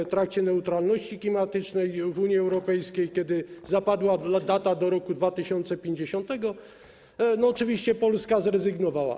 W trakcie omawiania neutralności klimatycznej w Unii Europejskiej, kiedy zapadła data: do roku 2050, oczywiście Polska zrezygnowała.